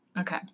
Okay